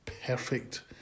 perfect